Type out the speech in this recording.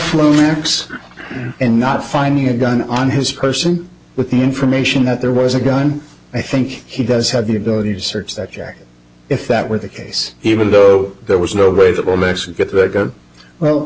marks and not finding a gun on his person with the information that there was a gun i think he does have the ability to search that jacket if that were the case even though there was no way that will actually get the well